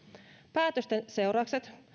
päätösten seuraukset